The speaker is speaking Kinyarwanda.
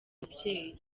mubyeyi